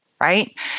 Right